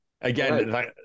again